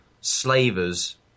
slavers